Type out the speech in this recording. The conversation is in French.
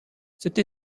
cette